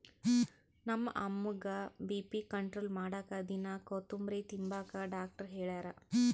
ನಮ್ಮ ಅಮ್ಮುಗ್ಗ BP control ಮಾಡಾಕ ದಿನಾ ಕೋತುಂಬ್ರೆ ತಿಂಬಾಕ ಡಾಕ್ಟರ್ ಹೆಳ್ಯಾರ